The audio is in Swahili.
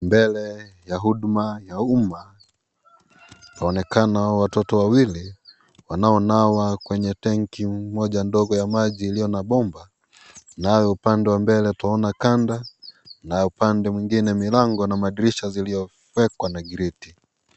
Mbele ya huduma ya umma kunaonekana watoto wawili wanaonawa kwenye tanki moja ndogo ya maji iliyo na bomba, nayo upande wa mbele tuaona kanda na upande mwingine milango na madirisha iliofekwa na griti.